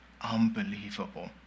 Unbelievable